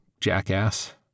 jackass